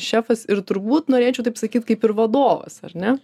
šefas ir turbūt norėčiau taip sakyt kaip ir vadovas ar ne